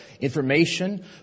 information